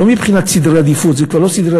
לא מבחינת סדרי עדיפויות.